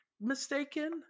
mistaken